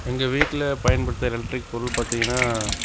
எங்கள் வீட்டில் பயன்படுத்துகிற எலக்ட்ரிக் பொருள் பார்த்தீங்கன்னா